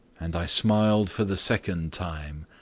and i smiled for the second time.